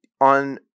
On